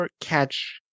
catch